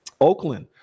Oakland